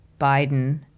Biden